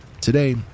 Today